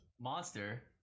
monster